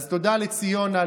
אז תודה לציונה,